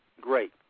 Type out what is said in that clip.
great